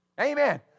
Amen